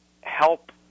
help